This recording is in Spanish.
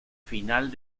final